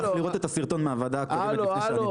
אפשר לראות את הסרטון מהוועדה הקודמת --- הלו,